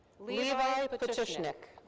levi potutschnig.